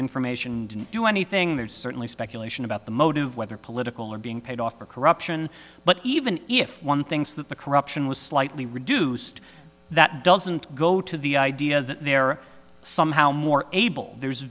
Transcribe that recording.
information to do anything there's certainly speculation about the motive whether political or being paid off for corruption but even if one thinks that the corruption was slightly reduced that doesn't go to the idea that they're somehow more able there's